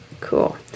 Cool